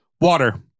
Water